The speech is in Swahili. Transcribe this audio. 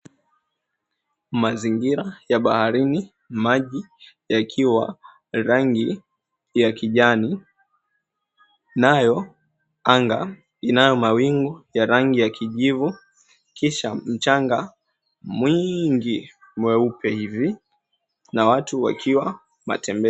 Mazingira ya baharini, maji yakiwa rangi ya kijani, nayo anga inayo mawingu ya rangi ya kijivu. Kisha mchanga mwingi mweupe hivi, na watu wakiwa matembezi.